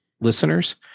listeners